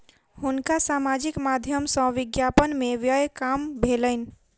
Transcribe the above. हुनका सामाजिक माध्यम सॅ विज्ञापन में व्यय काम भेलैन